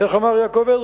איך אמר יעקב אדרי?